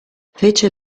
fece